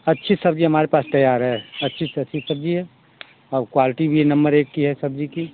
अच्छी सब्जी हमारे पास तैयार है अच्छी से अच्छी सब्जी है और क्वालटी भी है नंबर एक की है सब्जी की